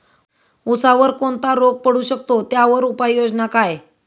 ऊसावर कोणता रोग पडू शकतो, त्यावर उपाययोजना काय?